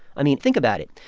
i mean, think about it.